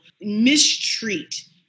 mistreat